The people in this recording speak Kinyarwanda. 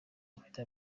ufite